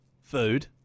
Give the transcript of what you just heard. Food